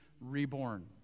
reborn